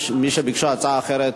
יש מי שביקשו הצעה אחרת,